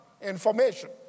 information